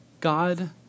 God